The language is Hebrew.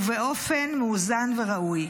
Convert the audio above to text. ובאופן מאוזן וראוי.